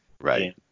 Right